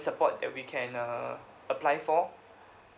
support that we can uh apply for